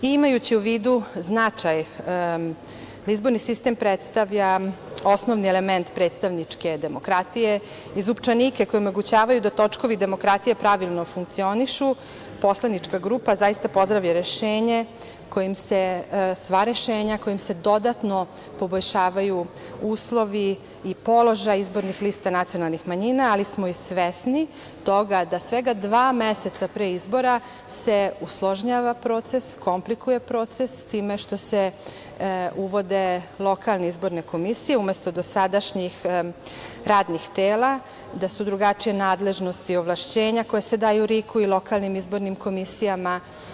Imajući u vidu značaj da izborni sistem predstavlja osnovni element predstavničke demokratije i zupčanike koji omogućavaju da točkovi demokratije pravilno funkcionišu, poslanička grupa zaista pozdravlja sva rešenja kojima se dodatno poboljšavaju uslovi i položaj izbornih lista nacionalnih manjina, ali smo i svesni toga da svega dva meseca pre izbora se usložnjava proces, komplikuje proces time što se uvode lokalne izborne komisije, umesto dosadašnjih radnih tela, da su drugačije nadležnosti, ovlašćenja koja se daju RIK-u i ostalim izbornim komisijama.